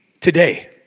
today